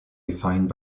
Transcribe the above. defined